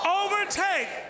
overtake